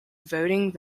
voting